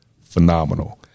Phenomenal